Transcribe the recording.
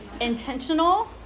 intentional